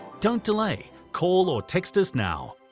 don't delay, call or text us now.